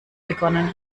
begonnen